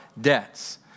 debts